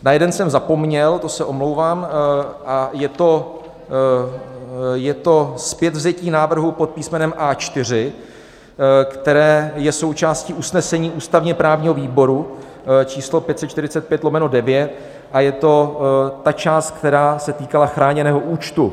Na jeden jsem zapomněl, to se omlouvám, je to zpětvzetí návrhu pod písmenem A4, které je součástí usnesení ústavněprávního výboru číslo 545/9, a je to ta část, která se týkala chráněného účtu.